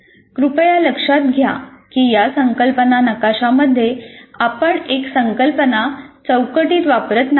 कृपया लक्षात घ्या की या संकल्पना नकाशामध्ये आपण एक संकल्पना चौकटीत वापरत नाही